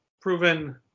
proven